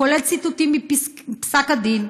כולל ציטוטים מפסק הדין.